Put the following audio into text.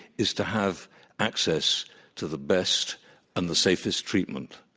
is to have access to the best and the safest treatment.